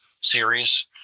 series